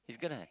it's gonna